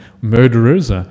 murderers